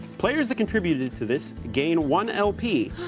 players that contributed to this gain one lp.